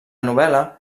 novel·la